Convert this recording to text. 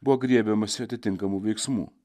buvo griebiamasi atitinkamų veiksmų